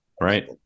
Right